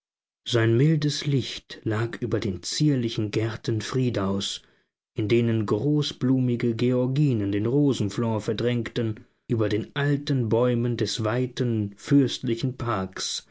sein mildes licht lag über den zierlichen gärten friedaus in denen großblumige georginen den rosenflor verdrängten über den alten bäumen des weiten fürstlichen parks